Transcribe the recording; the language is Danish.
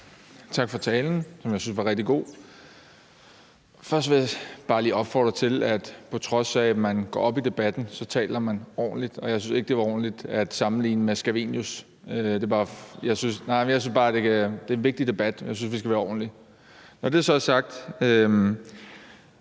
Tak for talen, som jeg synes var rigtig god. Først vil jeg bare lige opfordre til, at man, på trods af at man går op i debatten, taler ordentligt. Jeg synes ikke, det var ordentligt at sammenligne med Scavenius. Nej, jeg synes bare, det er en vigtig debat, og jeg synes, vi skal være ordentlige. Når det så er sagt,